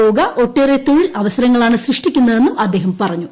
യോഗ ഒട്ടേറെ തൊഴിൽ അവസരങ്ങളാണ് സൃഷ്ടിക്കുന്നതെന്നും അദ്ദേഹം പറഞ്ഞു